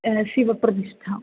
शिवप्रतिष्ठा